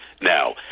now